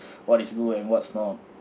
what is do and what's not